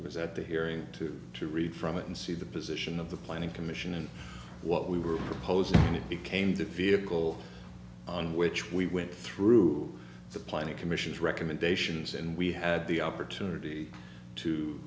who was at the hearing to to read from it and see the position of the planning commission and what we were proposing and it became the vehicle on which we went through the planning commission's recommendations and we had the opportunity to